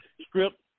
script